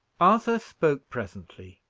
arthur spoke presently,